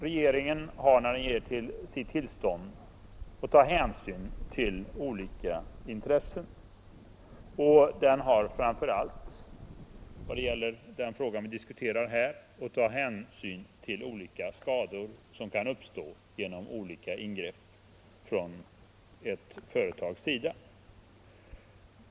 Regeringen har när den ger sitt tillstånd att ta hänsyn till olika intressen och framför allt olika skador som kan uppstå genom olika ingrepp från ett företags sida.